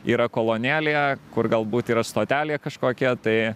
yra kolonėlėje kur galbūt yra stotelė kažkokia tai